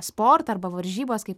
sportą arba varžybas kaip